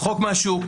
רחוק מהשוק,